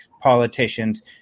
politicians